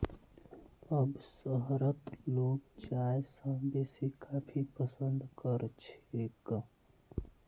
अब शहरत लोग चाय स बेसी कॉफी पसंद कर छेक